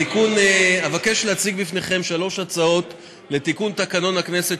אבקש להציג בפניכם שלוש הצעות לתיקון תקנון הכנסת,